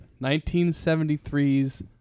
1973's